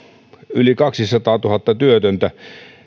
yli kaksisataatuhatta työtöntä